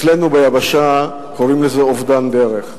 אצלנו ביבשה קוראים לזה "אובדן דרך".